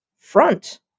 front